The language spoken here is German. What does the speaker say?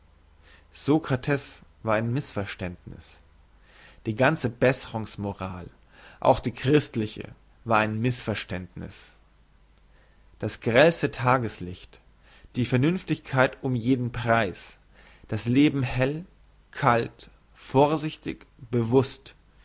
sokrates war ein missverständniss die ganze besserungs moral auch die christliche war ein missverständniss das grellste tageslicht die vernünftigkeit um jeden preis das leben hell kalt vorsichtig bewusst